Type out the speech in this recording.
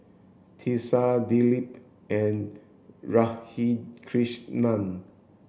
Teesta Dilip and Radhakrishnan